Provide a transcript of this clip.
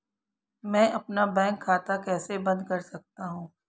मैं अपना बैंक खाता कैसे बंद कर सकता हूँ?